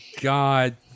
God